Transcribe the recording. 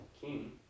king